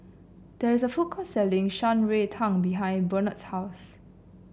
there is a food court selling Shan Rui Tang behind Burnett's house